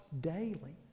daily